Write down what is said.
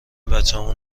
بچمون